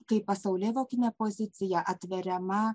kai pasaulėvokinė pozicija atveriama